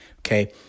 Okay